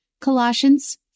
Colossians